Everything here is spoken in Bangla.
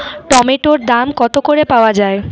টমেটোর দাম কত করে পাওয়া যায়?